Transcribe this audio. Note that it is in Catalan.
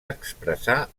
expressar